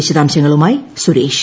വിശദാംശങ്ങളുമായി സുരേഷ്